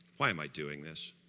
why am i doing this?